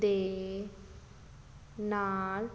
ਦੇ ਨਾਲ